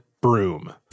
broom